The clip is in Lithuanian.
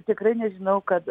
tikrai nežinau kad